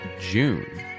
June